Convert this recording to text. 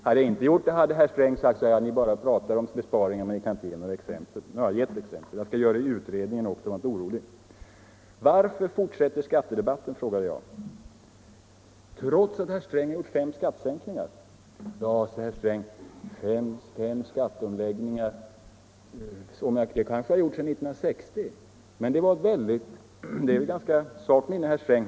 Hade jag inte gjort det hade herr Sträng sagt att vi bara pratar om besparingar men inte kan ge några exempel. Nu har jag gett exempel. Jag skall göra det i utredningen också, var inte orolig. Varför fortsätter skattedebatten, frågade jag, trots att herr Sträng gjort fem skattesänkningar. Ja, säger herr Sträng, fem skatteomläggningar kanske har gjorts sedan 1960. Det är ett ganska svagt minne herr Sträng har.